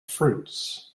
fruits